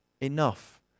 enough